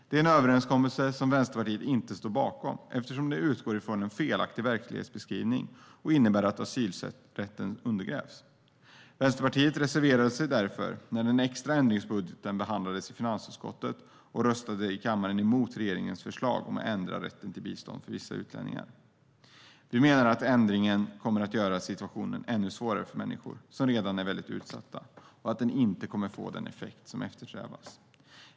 Det är en överenskommelse som Vänsterpartiet inte står bakom eftersom den utgår från en felaktig verklighetsbeskrivning och innebär att asylrätten undergrävs. Vänsterpartiet reserverade sig därför när den extra ändringsbudgeten behandlades i finansutskottet och röstade i kammaren emot regeringens förslag om att ändra rätten till bistånd för vissa utlänningar. Vårändringsbudget för 2016 Vi menar att ändringen kommer att göra situationen ännu svårare för människor som redan är väldigt utsatta och att den inte kommer att få den effekt som eftersträvas.